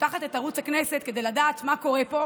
פותחת את ערוץ הכנסת כדי לדעת מה קורה פה,